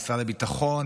משרד הביטחון,